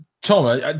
Tom